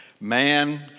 Man